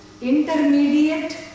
intermediate